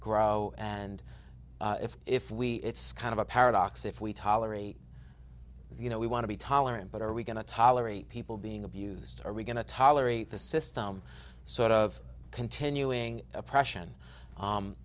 grow and if if we it's kind of a paradox if we tolerate you know we want to be tolerant but are we going to tolerate people being abused are we going to tolerate the system so of continuing oppression